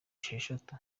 esheshatu